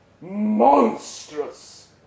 monstrous